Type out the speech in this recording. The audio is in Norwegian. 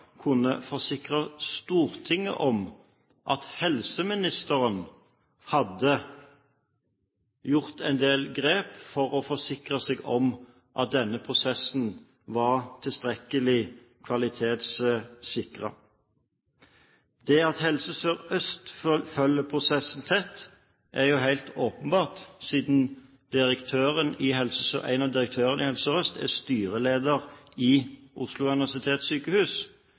kunne forsikre Stortinget om at helseministeren hadde tatt en del grep for å forsikre seg om at denne prosessen var tilstrekkelig kvalitetssikret. Det at Helse Sør-Øst følger prosessen tett, er helt åpenbart siden en av direktørene i Helse Sør-Øst er styreleder i Oslo universitetssykehus.